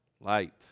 light